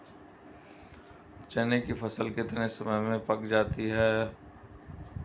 चने की फसल कितने समय में पक जाती है?